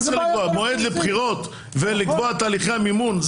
צריך לקבוע מועד לבחירות ולקבוע את תהליכי המימון.